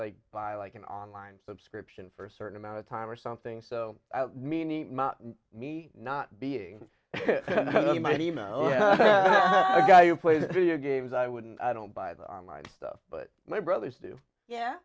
like buy like an online subscription for a certain amount of time or something so meaning me not being a guy who plays video games i wouldn't i don't buy that online stuff but my brothers do yeah